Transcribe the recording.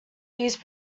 these